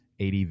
ADV